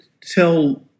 tell